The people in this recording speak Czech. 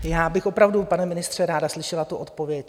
Já bych opravdu, pane ministře, ráda slyšela tu odpověď.